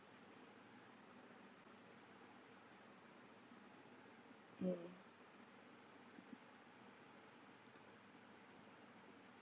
mm